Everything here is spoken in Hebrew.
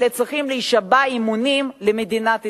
אלא צריכים להישבע אמונים למדינת ישראל.